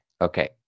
Okay